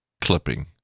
clipping